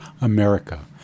America